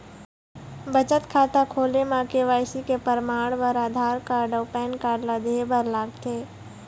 बचत खाता खोले म के.वाइ.सी के परमाण बर आधार कार्ड अउ पैन कार्ड ला देहे बर लागथे